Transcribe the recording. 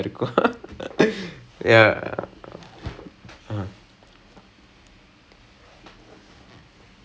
நானும் அப்படி தான் நினைச்சேன்:naanum appadi thaan ninaichen when I started but then once I realised how different it was almost like a new game to me